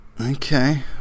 Okay